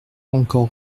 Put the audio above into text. encore